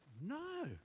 No